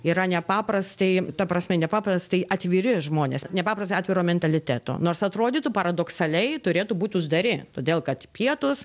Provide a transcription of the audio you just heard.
yra nepaprastai ta prasme nepaprastai atviri žmonės nepaprastai atviro mentaliteto nors atrodytų paradoksaliai turėtų būt uždari todėl kad pietūs